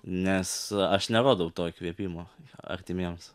nes aš nerodau to įkvėpimo artimiems